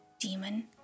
demon